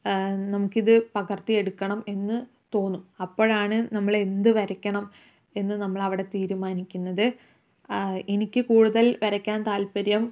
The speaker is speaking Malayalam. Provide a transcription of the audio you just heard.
നമുക്കിത് പകർത്തി എടുക്കണം എന്ന് തോന്നും അപ്പോഴാണ് നമ്മൾ എന്ത് വരയ്ക്കണം എന്ന് നമ്മൾ അവിടെ തീരുമാനിക്കുന്നത് എനിക്ക് കൂടുതൽ വരയ്ക്കാൻ താൽപ്പര്യം